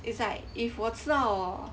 it's like if 我吃到